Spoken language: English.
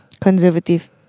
conservative